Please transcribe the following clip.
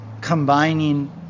combining